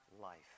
life